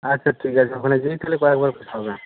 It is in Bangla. আচ্ছা ঠিক আছে ওখানে গিয়েই তাহলে একবার কথা হবে